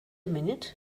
minute